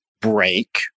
break